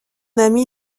ami